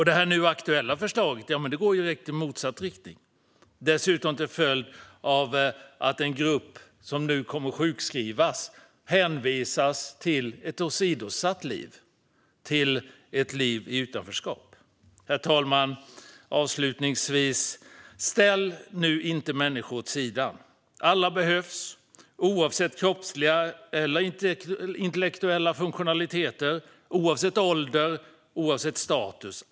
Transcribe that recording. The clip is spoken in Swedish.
Det nu aktuella förslaget går i direkt motsatt riktning och får till följd att en grupp sjukskrivna hänvisas till ett åsidosatt liv och till ett liv i utanförskap. Herr talman! Avslutningsvis: Ställ nu inte människor åt sidan! Alla behövs, oavsett kroppsliga eller intellektuella funktionaliteter, oavsett ålder och oavsett status.